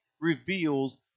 reveals